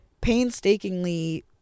painstakingly